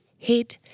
Head